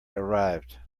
arrived